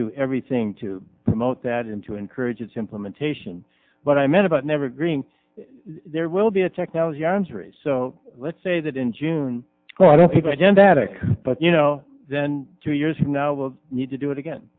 do everything to promote that in to encourage its implementation but i met about never green there will be a technology arms race so let's say that in june well i don't think again that ik but you know then two years from now we'll need to do it again